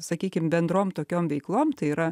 sakykim bendrom tokiom veiklom tai yra